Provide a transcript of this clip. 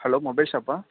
hello mobile ஷாப்பா